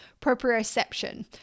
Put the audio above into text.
proprioception